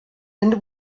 and